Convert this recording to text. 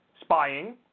spying